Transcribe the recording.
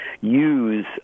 use